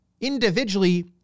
individually